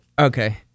Okay